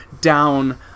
Down